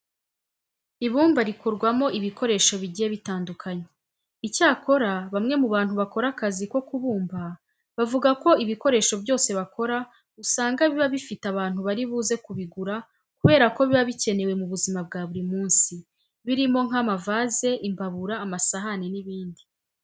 Ibumba rikorwamo ibikoresho bigiye bitandukanye. Icyakora bamwe mu bantu bakora akazi ko kubumba bavuga ko ibikoresho byose bakora usanga biba bifite abantu bari buze kubigura kubera ko biba bikenewe mu buzima bwa buri minsi birimo nk'amavaze, imbabura, amasahane n'ibindi.